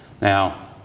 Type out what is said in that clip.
Now